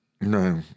No